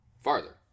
farther